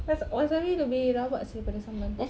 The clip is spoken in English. was~ wasabi lebih rabak seh dari sambal